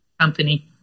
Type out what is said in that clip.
company